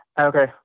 Okay